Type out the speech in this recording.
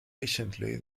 recently